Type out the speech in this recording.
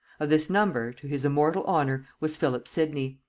of this number, to his immortal honor, was philip sidney.